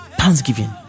thanksgiving